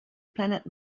planet